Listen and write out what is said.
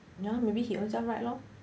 ya maybe he own self write lor